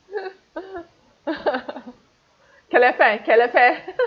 calefare calefare